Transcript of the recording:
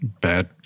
bad